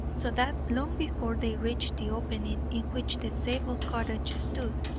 so that long before they reached the opening in which the zabel cottage stood,